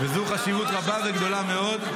וזו חשיבות רבה וגדולה מאוד.